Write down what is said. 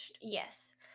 Yes